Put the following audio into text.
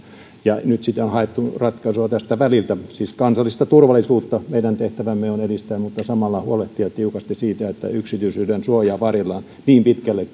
ja nyt sitten on haettu ratkaisua tästä väliltä siis kansallista turvallisuutta meidän tehtävämme on edistää mutta samalla huolehtia tiukasti siitä että yksityisyydensuojaa varjellaan niin pitkälle